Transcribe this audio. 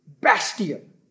bastion